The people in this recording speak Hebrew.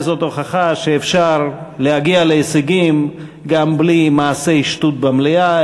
ואולי זאת הוכחה שאפשר להגיע להישגים גם בלי מעשי שטות במליאה,